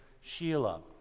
Sheila